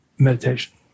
Meditation